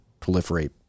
proliferate